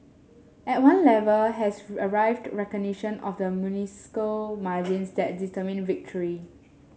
at one level has arrived recognition of the minuscule margins that determine victory